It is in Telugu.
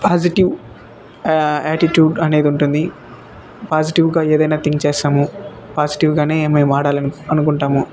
పాజిటివ్ యాటిట్యూడ్ అనేది ఉంటుంది పాజిటివ్గా ఏదైనా థింక్ చేస్తాము పాజిటివ్గా మేము ఆడాలి అని అనుకుంటాము